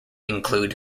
include